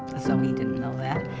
as though he didn't know that.